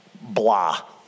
blah